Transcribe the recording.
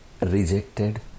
rejected